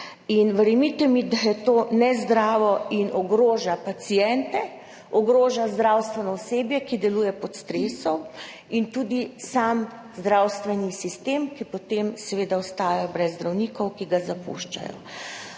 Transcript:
in verjemite mi, da je to nezdravo in ogroža paciente, ogroža zdravstveno osebje, ki deluje pod stresom, in tudi sam zdravstveni sistem, ki potem seveda ostaja brez zdravnikov, ki ga zapuščajo.